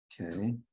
Okay